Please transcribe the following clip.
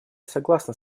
согласна